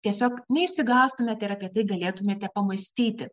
tiesiog neišsigąstumėte ir apie tai galėtumėte pamąstyti